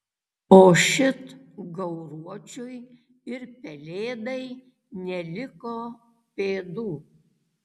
o šit gauruočiui ir pelėdai neliko pėdų